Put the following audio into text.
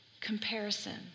Comparison